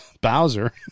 Bowser